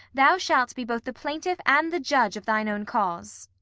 thou shalt be both the plaintiff and the judge of thine own cause.